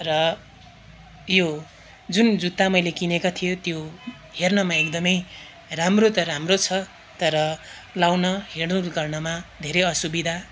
र यो जुन जुत्ता मैले किनेको थियो त्यो हेर्नमा एकदमै राम्रो त राम्रो छ तर लगाउन हिँडडुल गर्नमा धेरै असुविधा